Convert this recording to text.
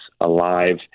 alive